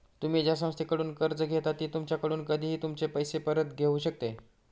तुम्ही ज्या संस्थेकडून कर्ज घेता ती तुमच्याकडून कधीही तुमचे पैसे परत घेऊ शकते